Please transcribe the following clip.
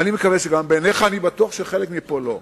אני מקווה שגם בעיניך, אני בטוח שלחלק מפה לא.